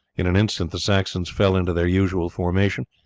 in an instant the saxons fell into their usual formation,